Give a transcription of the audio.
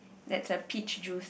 that's a peach juice